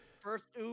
First